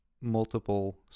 multiple